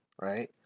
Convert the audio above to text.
right